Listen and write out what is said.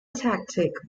tactic